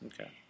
Okay